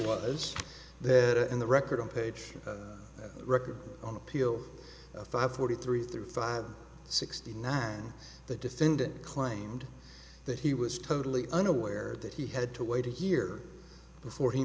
was there in the record on page record on appeal five forty three through five sixty nine the defendant claimed that he was totally unaware that he had to wait here before he